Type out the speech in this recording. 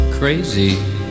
Crazy